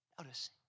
Notice